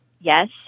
Yes